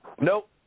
Nope